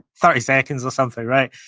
thirty seconds or something, right?